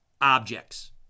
objects